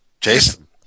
Jason